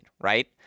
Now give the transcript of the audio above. right